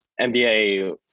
NBA